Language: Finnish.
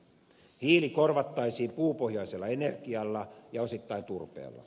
hiili korvattaisiin puupohjaisella energialla ja osittain turpeella